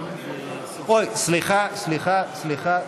אוי, סליחה, סליחה, סליחה.